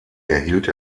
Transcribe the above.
erhielt